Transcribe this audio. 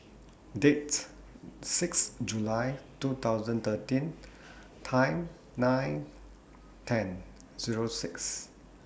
Dates six July two thousand thirteen Time nine ten Zero six